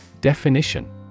Definition